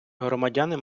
громадяни